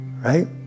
right